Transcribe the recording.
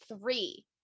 three